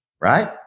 right